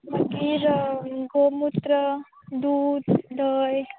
मागीर गोमुत्र दूद धंय